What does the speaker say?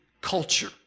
culture